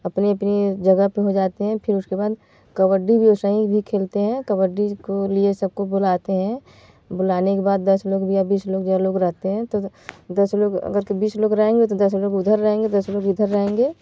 अपनी अपनी जगह पे हो जाते हैं फिर उसके बाद कबड्डी भी वैसा ही भी खेलते हैं कबड्डी को लिए सबको बुलाते हैं बुलाने के बाद दस लोग या बीस लोग जो लोग रहते हैं तो दस लोग अगर के बीस लोग रहेंगे तो दस लोग उधर रहेंगे दस लोग इधर रहेंगे